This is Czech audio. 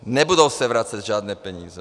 Nebudou se vracet žádné peníze.